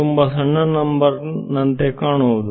ತುಂಬಾ ಸಣ್ಣ ನಂಬರ್ ನಂತೆ ಕಾಣುವುದು